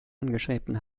angestrebten